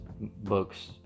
books